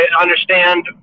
understand